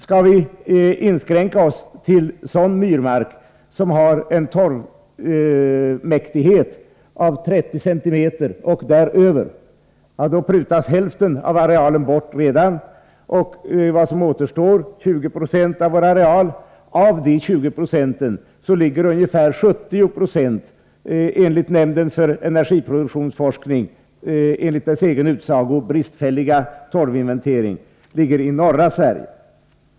Skall vi inskränka oss till sådan myrmark som har en torvmäktighet av 30 cm och däröver, prutas hälften av arealen strax bort, och det är alltså 10 90 av vår totalareal som är myrmark. Av dessa är det, enligt den torvinventering som nämnden för energiproduktionsforskning själv betecknat som bristfällig, ungefär 70 96 som ligger i norra Sverige.